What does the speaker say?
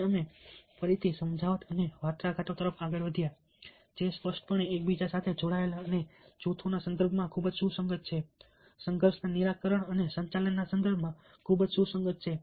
અને અમે ફરીથી સમજાવટ અને વાટાઘાટો તરફ આગળ વધ્યા જે સ્પષ્ટપણે એકબીજા સાથે જોડાયેલા અને જૂથોના સંદર્ભમાં ખૂબ જ સુસંગત સંઘર્ષના નિરાકરણ અને સંચાલનના સંદર્ભમાં ખૂબ જ સુસંગત છે